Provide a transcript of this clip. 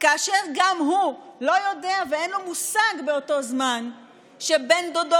כאשר גם הוא לא יודע ואין לו מושג באותו זמן שבן דודו